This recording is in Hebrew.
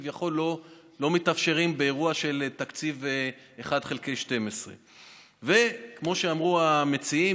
כביכול לא מתאפשרים באירוע של תקציב 1 חלקי 12. כמו שאמרו המציעים,